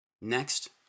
Next